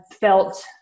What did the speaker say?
felt